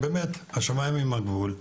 השמיים הם הגבול.